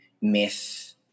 myth